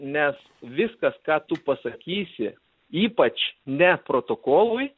nes viskas ką tu pasakysi ypač ne protokolui